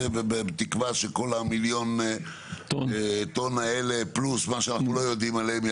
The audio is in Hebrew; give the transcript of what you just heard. בתקווה שכל המיליון טון האלה פלוס מה שאנחנו לא יודעים עליהם,